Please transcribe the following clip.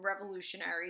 revolutionary